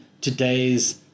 today's